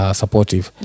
supportive